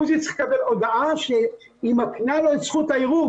עוזי צריך לקבל הודעה שמקנה לו את זכות הערעור.